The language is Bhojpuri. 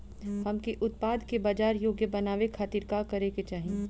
हमके उत्पाद के बाजार योग्य बनावे खातिर का करे के चाहीं?